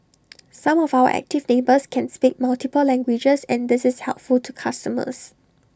some of our active neighbours can speak multiple languages and this is helpful to customers